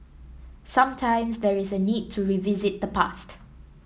sometimes there is a need to revisit the past